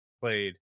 played